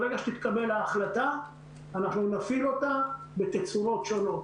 ברגע שתתקבל ההחלטה אנחנו נפעיל אותה בתצורות שונות